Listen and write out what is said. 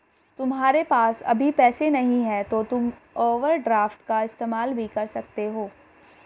तुम्हारे पास अभी पैसे नहीं है तो तुम ओवरड्राफ्ट का इस्तेमाल भी कर सकते हो